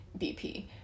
BP